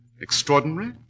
extraordinary